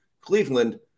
cleveland